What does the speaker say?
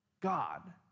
God